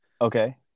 okay